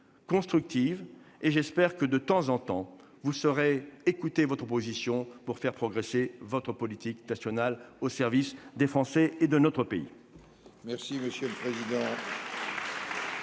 constructive et j'espère que, de temps en temps, vous saurez écouter votre opposition pour faire progresser votre politique nationale, au service des Français et de notre pays.